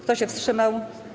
Kto się wstrzymał?